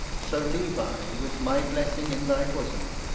so leave i with my blessing in thy bosom,